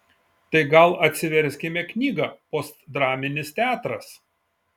tai gal atsiverskime knygą postdraminis teatras